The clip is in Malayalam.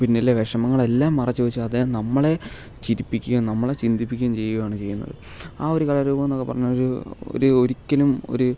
പിന്നിലെ വിഷമങ്ങളെല്ലാം മറച്ചുവെച്ച് അദ്ദേഹം നമ്മളെ ചിരിപ്പിക്കുകയും നമ്മളെ ചിന്തിപ്പിക്കുകയും ചെയ്യുകയാണ് ചെയ്യുന്നത് ആ ഒരു കലാരൂപമെന്നൊക്കെ പറഞ്ഞാൽ ഒരു ഒരു ഒരിക്കലും ഒരു